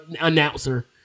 announcer